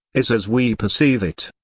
is as we perceive it.